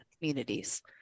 communities